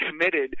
committed